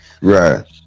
Right